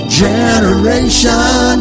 generation